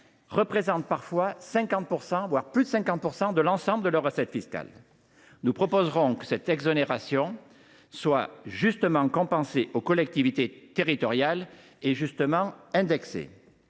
représentent parfois 50 %, voire davantage, de l’ensemble de leurs recettes fiscales. Nous proposerons donc que cette exonération soit justement compensée aux collectivités territoriales et justement indexée.